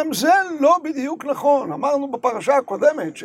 גם זה לא בדיוק נכון, אמרנו בפרשה הקודמת ש...